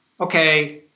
okay